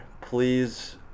Please